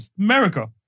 America